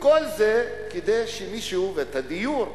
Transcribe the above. ואת הדיור.